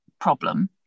problem